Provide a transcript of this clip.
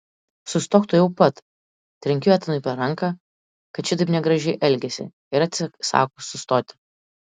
sustok tuojau pat trenkiu etanui per ranką kad šitaip negražiai elgiasi ir atsisako sustoti